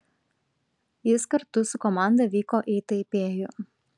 jis kartu su komanda vyko į taipėjų